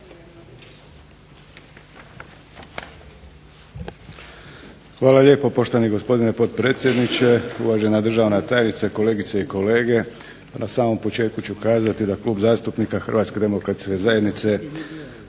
Hvala lijepo poštovani gospodine potpredsjedniče. Uvažena državna tajnice, kolegice i kolege. Na samom početku ću kazati da Klub zastupnika HDZ-a podupire ovaj prijedlog